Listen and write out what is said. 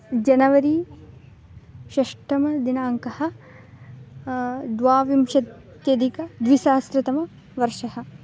January षष्ठः दिनाङ्कः द्वाविंशत्यधिकद्विसहस्रतमं वर्षम्